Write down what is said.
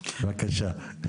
בבקשה.